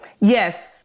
Yes